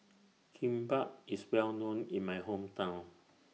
Kimbap IS Well known in My Hometown